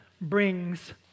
brings